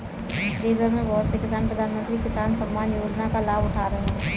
देशभर में बहुत से किसान प्रधानमंत्री किसान सम्मान योजना का लाभ उठा रहे हैं